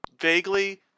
vaguely